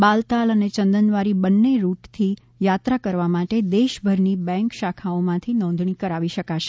બાલતાલ અને ચંદનવારી બંને રૂટથી યાત્રા કરવા માટે દેશભરની ર્બેંક શાખાઓમાંથી નોધણી કરાવી શકાશે